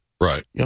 Right